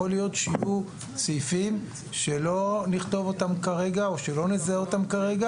יכול להיות שיהיו סעיפים שלא נכתוב אותם כרגע או שלא נזהה אותם כרגע